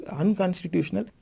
unconstitutional